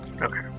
Okay